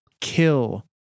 Kill